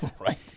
Right